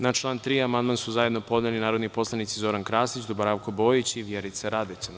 Na član 3. amandman su zajedno podneli narodni poslanici Zoran Krasić, Dubravko Bojić i Vjerica Radeta.